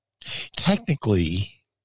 technically